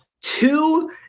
two